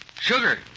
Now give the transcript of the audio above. Sugar